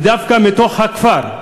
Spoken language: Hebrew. ודווקא מתוך הכפר?